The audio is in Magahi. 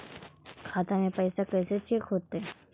खाता में पैसा कैसे चेक हो तै?